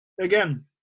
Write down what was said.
again